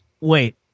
Wait